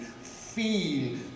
feel